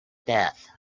death